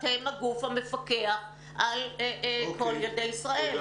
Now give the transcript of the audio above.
אתם הגוף המפקח על כל ילדי ישראל.